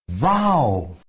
Wow